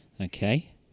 Okay